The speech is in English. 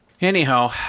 Anyhow